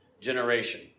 generation